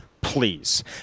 please